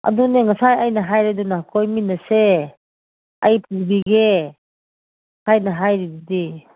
ꯑꯗꯨꯅꯦ ꯉꯁꯥꯏ ꯑꯩꯅ ꯍꯥꯏꯔꯦꯗꯅ ꯀꯣꯏꯃꯤꯟꯅꯁꯦ ꯑꯩ ꯄꯨꯕꯤꯒꯦ ꯍꯥꯏꯅ ꯍꯥꯏꯔꯤꯗꯨꯗꯤ